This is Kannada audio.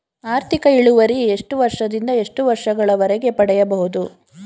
ಆರ್ಥಿಕ ಇಳುವರಿ ಎಷ್ಟು ವರ್ಷ ದಿಂದ ಎಷ್ಟು ವರ್ಷ ಗಳವರೆಗೆ ಪಡೆಯಬಹುದು?